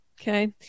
Okay